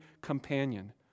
companion